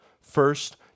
First